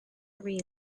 read